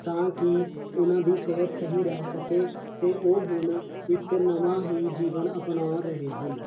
ਤਾਂ ਕਿ ਉਹਨਾਂ ਦੀ ਸਿਹਤ ਸਹੀ ਰਹਿ ਸਕੇ ਅਤੇ ਉਹ ਹੁਣ ਇੱਕ ਨਵਾਂ ਹੀ ਜੀਵਨ ਅਪਨਾ ਰਹੇ ਹਨ